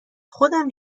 خودم